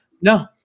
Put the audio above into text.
no